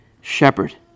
shepherd